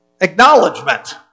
acknowledgement